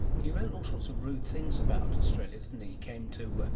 he wrote all sorts of rude things about australia, didn't he. he came to,